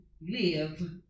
live